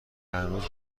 هنوز